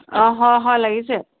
অ হয় হয় লাগিছে